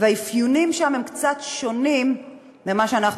והאפיונים שם הם קצת שונים ממה שאנחנו